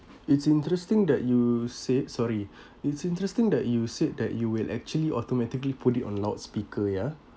it's interesting that you said sorry it's interesting that you said that you will actually automatically put it on loudspeaker ya